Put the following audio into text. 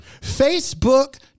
facebook